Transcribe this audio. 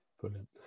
Brilliant